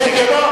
נגד.